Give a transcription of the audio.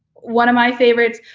one of my favorites,